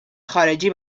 خارجی